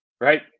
right